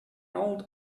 old